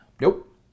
Nope